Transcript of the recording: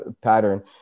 pattern